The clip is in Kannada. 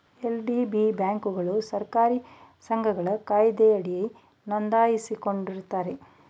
ಎಲ್.ಡಿ.ಬಿ ಬ್ಯಾಂಕ್ಗಳು ಸಹಕಾರಿ ಸಂಘಗಳ ಕಾಯ್ದೆಯಡಿ ನೊಂದಾಯಿಸಿಕೊಂಡಿರುತ್ತಾರೆ